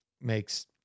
makes